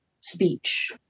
speech